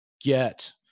get